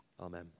amen